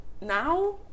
now